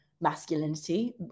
masculinity